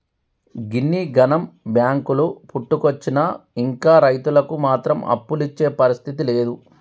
గిన్నిగనం బాంకులు పుట్టుకొచ్చినా ఇంకా రైతులకు మాత్రం అప్పులిచ్చే పరిస్థితి లేదు